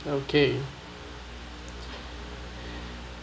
okay